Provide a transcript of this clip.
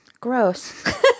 Gross